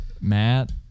Matt